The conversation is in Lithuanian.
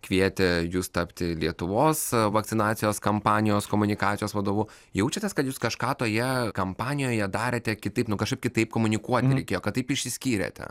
kvietė jus tapti lietuvos vakcinacijos kampanijos komunikacijos vadovu jaučiatės kad jūs kažką toje kampanijoje darėte kitaip nu kažkaip kitaip komunikuoti reikėjo kad taip išsiskyrėte